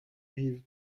rive